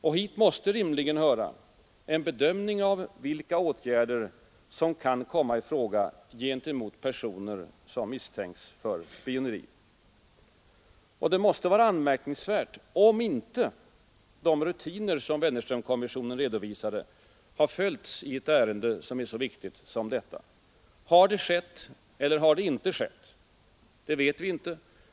Och hit måste rimligen höra en bedömning av vilka åtgärder som kan komma i fråga gentemot personer som misstänks för spioneri. Det måste anses anmärkningsvärt om inte de rutiner Wennerströmkommissionen redovisade följts i ett ärende som är så viktigt som detta. Har detta skett eller inte? Det vet vi inte.